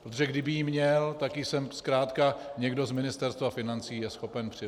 Protože kdyby ji měl, tak ji sem zkrátka někdo z Ministerstva financí je schopen přivézt.